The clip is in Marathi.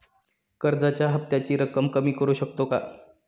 कर्जाच्या हफ्त्याची रक्कम कमी करू शकतो का?